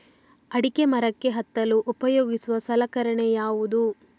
ಅಡಿಕೆ ಮರಕ್ಕೆ ಹತ್ತಲು ಉಪಯೋಗಿಸುವ ಸಲಕರಣೆ ಯಾವುದು?